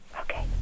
Okay